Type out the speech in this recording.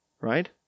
right